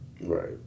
right